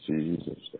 Jesus